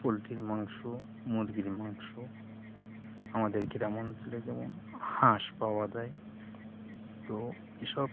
পোলট্রির মাংস মুরগির মাংস আমাদের গ্রাম অঞ্চলে যেমন হাঁস পাওয়া যায় তো এসব